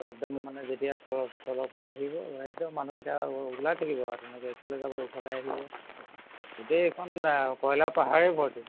একদম মানে যেতিয়া তল তলৰ পা আহিব একদম মানুহকিটা ওলাই থাকিব আ এনেকৈ ইফালে যাব ইফালে আহিব গোটেইখন কয়লা পাহাৰেই ভৰ্তি